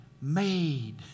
made